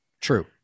True